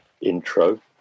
intro